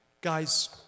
Guys